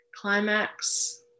climax